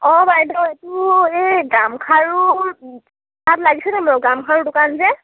অ বাইদেউ এইটো এই গামখাৰুৰ তাত লাগিছে নেকি বাৰু গামখাৰুৰ দোকান যে